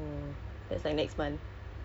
cause like uh